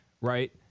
right